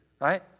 right